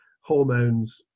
hormones